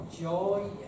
joy